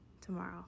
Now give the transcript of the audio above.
tomorrow